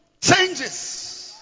changes